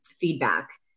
feedback